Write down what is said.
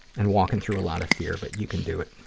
and walking through a lot of fear, but you can do it.